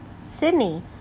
Sydney